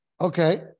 Okay